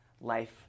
life